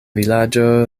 vilaĝo